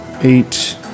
Eight